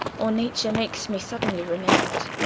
or nature makes me suddenly relent